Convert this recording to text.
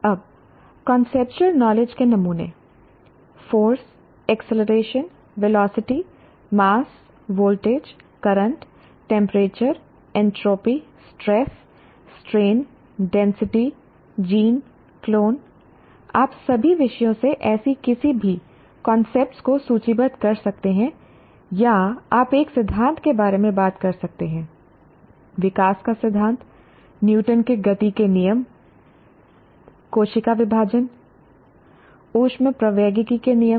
अब conceptual knowledge के नमूने force acceleration velocity mass voltage current temperature entropy stress strain density gene clone आप सभी विषयों से ऐसी किसी भी कॉन्सेप्ट्स को सूचीबद्ध कर सकते हैं या आप एक सिद्धांत के बारे में बात कर सकते हैं विकास का सिद्धांत न्यूटन के गति के नियम कोशिका विभाजन ऊष्मप्रवैगिकी के नियम